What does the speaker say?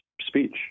speech